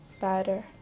better